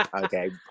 Okay